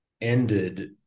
ended